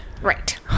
Right